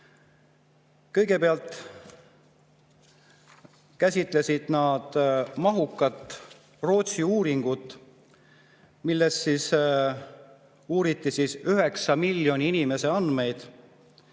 Kõigepealt käsitlesid nad mahukat Rootsi uuringut, milles uuriti 9 miljoni inimese andmeid.